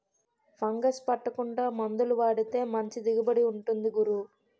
fungus పట్టకుండా మందులు వాడితే మంచి దిగుబడి ఉంటుంది గురూ